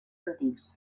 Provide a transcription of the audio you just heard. antics